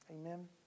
Amen